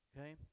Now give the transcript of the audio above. okay